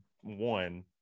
one